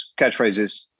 catchphrases